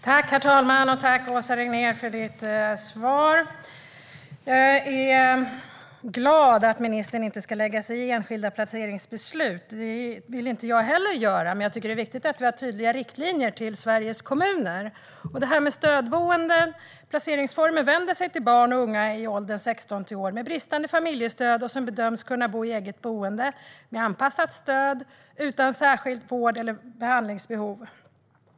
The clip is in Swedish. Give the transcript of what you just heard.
Herr talman! Tack, Åsa Regnér, för ditt svar! Jag är glad åt att ministern inte ska lägga sig i enskilda placeringsbeslut. Det vill inte jag heller göra, men jag tycker att det är viktigt att vi har tydliga riktlinjer för Sveriges kommuner. Placeringsformen stödboende vänder sig till barn och unga i åldern 16-20 år som har bristande familjestöd och som bedöms kunna bo i eget boende med anpassat stöd utan särskilt vård eller behandlingsbehov.